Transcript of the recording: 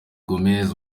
gomez